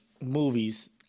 movies